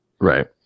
Right